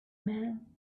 man